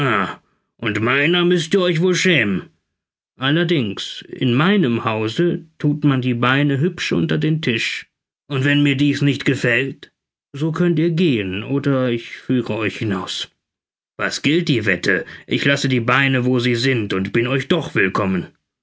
und meiner müßt ihr euch wohl schämen allerdings in meinem hause thut man die beine hübsch unter den tisch und wenn mir dies nicht gefällt so könnt ihr gehen oder ich führe euch hinaus was gilt die wette ich lasse die beine wo sie sind und bin euch doch willkommen